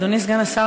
אדוני סגן השר,